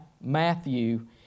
Matthew